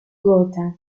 gotha